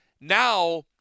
Now